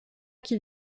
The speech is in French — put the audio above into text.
qu’il